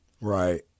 Right